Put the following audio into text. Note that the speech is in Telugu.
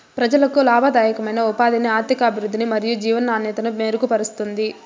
ప్రజలకు లాభదాయకమైన ఉపాధిని, ఆర్థికాభివృద్ధిని మరియు జీవన నాణ్యతను మెరుగుపరుస్తుంది